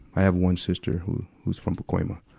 i have one sister who, who's from pacoima.